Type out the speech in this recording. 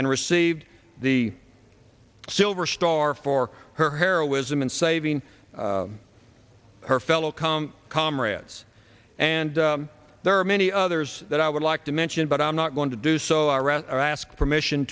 and received the silver star for her heroism in saving her fellow come comrades and there are many others that i would like to mention but i'm not going to do so i read or ask permission